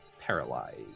paralyzed